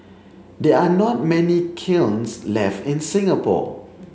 there are not many kilns left in Singapore